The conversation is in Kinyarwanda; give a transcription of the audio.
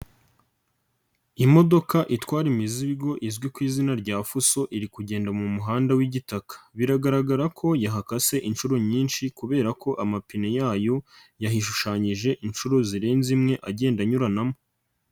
Imodoka itwara imizigo izwi ku izina rya Fuso iri kugenda mu muhanda w'igitaka, biragaragara ko yahakase inshuro nyinshi kubera ko amapine yayo yahishushanyije inshuro zirenze imwe agenda anyuranamo.